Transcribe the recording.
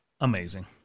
amazing